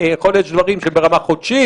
יכול להיות שיש דברים שהם ברמה חודשית,